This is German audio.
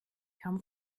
kaum